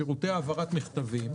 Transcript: שירותי העברת מכתבים,